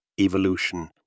evolution